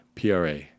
PRA